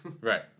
Right